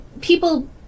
People